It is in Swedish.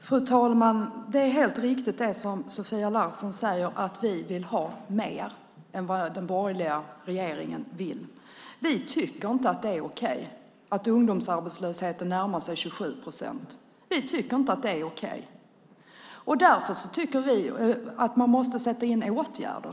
Fru talman! Det Sofia Larsen säger om att vi vill ha mer än den borgerliga regeringen är helt riktigt. Vi tycker inte att det är okej att ungdomsarbetslösheten närmar sig 27 procent. Därför säger vi att man måste sätta in åtgärder.